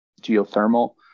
geothermal